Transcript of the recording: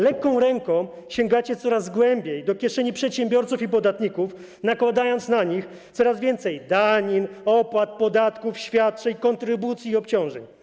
Lekką ręką sięgacie coraz głębiej do kieszeni przedsiębiorców i podatników, nakładając na nich coraz więcej danin, opłat, podatków, świadczeń, kontrybucji i obciążeń.